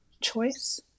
choice